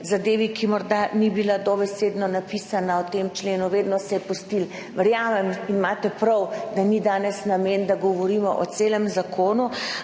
zadevi, ki morda ni bila dobesedno napisana v tem členu. Vedno se je pustilo. Verjamem in imate prav, da danes ni namen, da govorimo o celem zakonu,